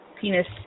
penis